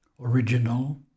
original